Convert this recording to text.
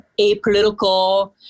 apolitical